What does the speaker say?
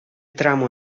tramo